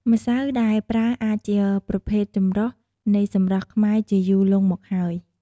ម្សៅដែលប្រើអាចជាប្រភេទចម្រុះនៃសម្រស់ខ្មែរជាយូរលុងមកហើយ។